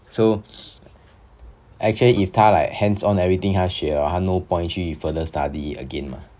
so actually if 他 like hands on everything 她学 liao hor 她 no point 去 further study again mah